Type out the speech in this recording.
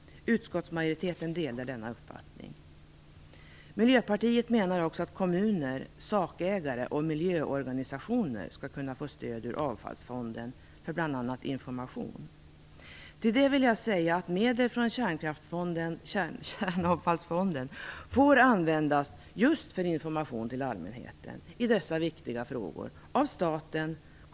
Utskottsmajoriteten delar denna uppfattning. Miljöpartiet menar också att kommuner, sakägare och miljöorganisationer skall kunna få stöd ur avfallsfonden för bl.a. information. Till detta vill jag säga att medel från Kärnavfallsfonden får användas av staten, kommunerna eller reaktorinnehavarna just för information till allmänheten i dessa viktiga frågor.